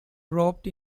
roped